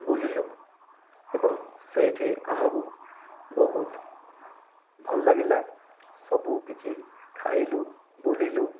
ବୁଲିଲୁ ଏବଂ ସେଇଠି ଆମକୁ ବହୁତ ଭଲ ଲାଗିଲା ସବୁ କିଛି ଖାଇଲୁ ବୁଳିଲୁ